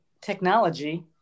technology